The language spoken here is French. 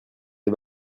des